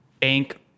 bank